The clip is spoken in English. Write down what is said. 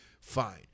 fine